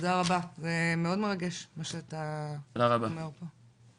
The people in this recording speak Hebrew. תודה רבה, זה מאוד מרגש מה שאתה אומר פה.